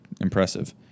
impressive